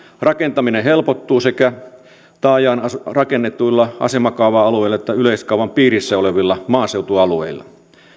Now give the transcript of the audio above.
rakentaminen helpottuu sekä taajaan rakennetuilla asemakaava alueilla että yleiskaavan piirissä olevilla maaseutualueilla